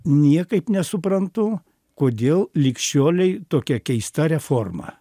niekaip nesuprantu kodėl lig šiolei tokia keista reforma